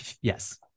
Yes